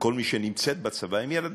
וכל מי שנמצאת בצבא הם ילדינו.